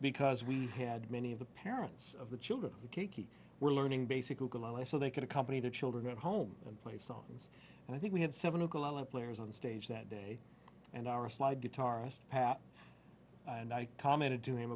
because we had many of the parents of the children were learning basic google away so they could accompany the children at home and play songs and i think we had seven players on stage that day and our slide guitarist pat and i commented to him